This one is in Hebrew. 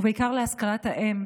ובעיקר להשכלת האם,